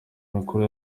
mikuru